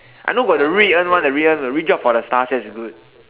I know got the Rui-En one the Rui-En the reach out for the stars that's good